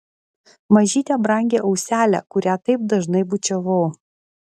mažytę brangią auselę kurią taip dažnai bučiavau